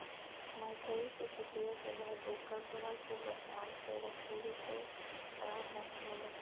मकई के कटिया के बाद ओकर बाल के मचान पे रखले से खराब नाहीं होला